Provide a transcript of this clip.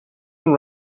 and